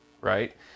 right